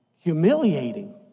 humiliating